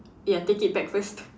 ya take it back first